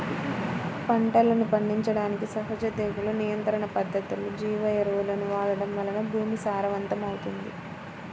పంటలను పండించడానికి సహజ తెగులు నియంత్రణ పద్ధతులు, జీవ ఎరువులను వాడటం వలన భూమి సారవంతమవుతుంది